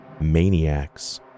maniacs